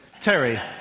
Terry